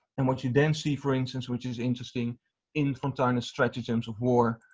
and what you then see for instance, which is interesting in fontinus's stratagemes of warre,